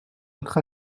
autre